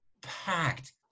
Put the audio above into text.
packed